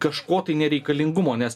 kažko tai nereikalingumo nes